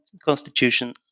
constitution